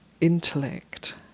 intellect